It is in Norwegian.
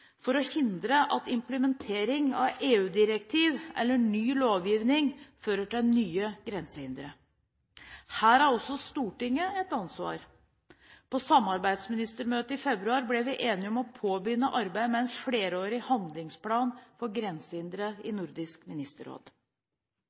for å hindre at implementering av EU-direktiver eller ny lovgivning fører til nye grensehindre. Her har også Stortinget et ansvar. På samarbeidsministermøtet i februar ble vi enige om å påbegynne arbeidet med en flerårig handlingsplan for grensehindre i